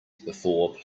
before